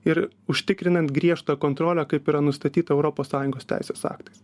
ir užtikrinant griežtą kontrolę kaip yra nustatyta europos sąjungos teisės aktais